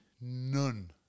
None